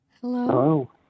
Hello